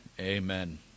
amen